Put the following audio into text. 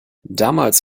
damals